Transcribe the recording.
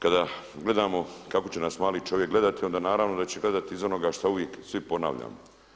Kada gledamo kako će nas mali čovjek gledati onda naravno da će gledati iz onoga što uvijek svi ponavljamo.